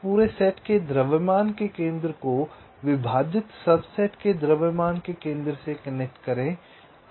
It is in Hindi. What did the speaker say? फिर पूरे सेट के द्रव्यमान के केंद्र को विभाजित सबसेट के द्रव्यमान के केंद्र से कनेक्ट करें